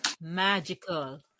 magical